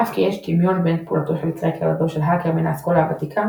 אף כי יש דמיון בין פעולתו של קראקר לזו של האקר מן האסכולה הוותיקה,